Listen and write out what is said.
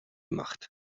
macht